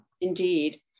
Indeed